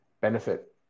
benefit